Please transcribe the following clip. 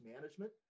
management